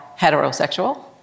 heterosexual